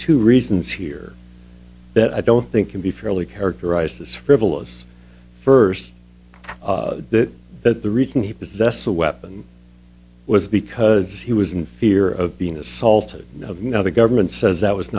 two reasons here that i don't think can be fairly characterized as frivolous first that the reason he possess a weapon was because he was in fear of being assaulted of now the government says that was